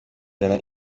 ijana